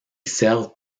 servent